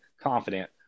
confident